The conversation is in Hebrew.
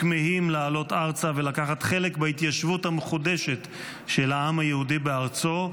הכמהים לעלות ארצה ולקחת חלק בהתיישבות המחודשת של העם היהודי בארצו,